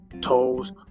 toes